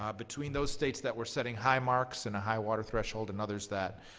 um between those states that were setting high marks and a high water threshold and others that